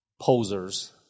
posers